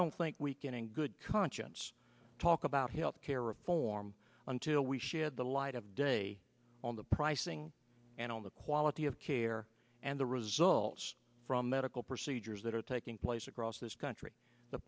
don't think we can in good conscience talk about health care reform until we shed the light of day on the pricing and on the quality of care and the results from medical procedures that are taking place across this country the